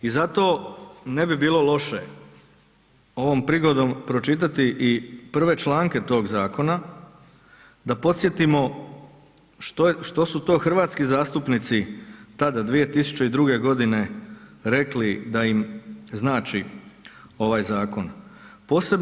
I zato ne bi bilo loše ovom prigodom pročitati i prve članke tog zakona da podsjetimo što su to hrvatski zastupnici tada 2002. godine rekli da im znači ovaj zakon.